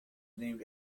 named